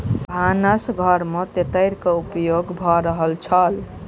भानस घर में तेतैर के उपयोग भ रहल छल